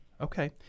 Okay